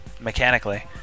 mechanically